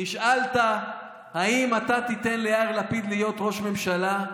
נשאלת אם אתה תיתן ליאיר לפיד להיות ראש ממשלה,